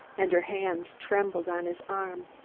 and her hands trembled on his arm.